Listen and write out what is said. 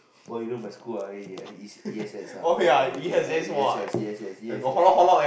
oh you know my school ah eh it's E_S_S ah we E_S_S E_S_S E_S_S